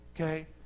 okay